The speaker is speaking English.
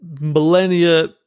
millennia